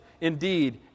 indeed